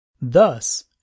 Thus